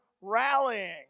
rallying